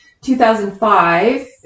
2005